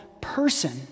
person